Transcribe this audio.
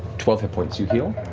twelve hit points you heal.